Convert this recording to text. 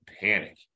panic